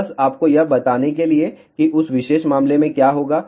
तो बस आपको यह बताने के लिए कि उस विशेष मामले में क्या होगा